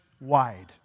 wide